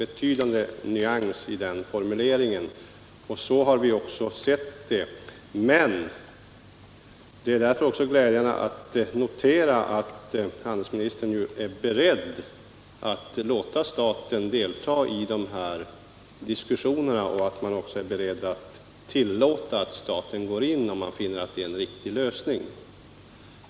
Vår formulering är mycket nyanserad, och så har vi också sett på saken. Därför är det glädjande att notera att handelsministern är beredd att låta staten delta i de här diskussionerna och att också tillåta att staten går in, om man finner att det är en riktig lösning.